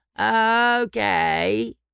okay